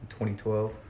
2012